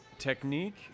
Technique